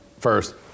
first